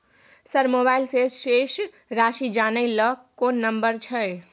Sir mobile से शेस राशि जानय ल कोन नंबर छै?